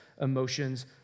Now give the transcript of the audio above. emotions